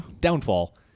downfall